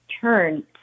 turn